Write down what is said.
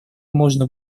можно